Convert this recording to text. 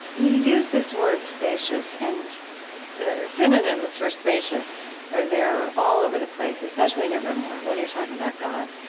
you use this word, spacious, and synonyms for spacious are there all over the place, especially in your memoir when you're talking about god,